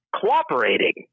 cooperating